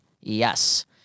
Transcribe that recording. Yes